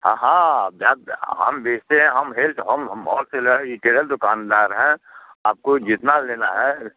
हाँ हाँ जब हम बेचते हैं हम हेल्थ हम हम होल सेलर हैं रिटेलर दुकानदार हैं आपको जितना लेना है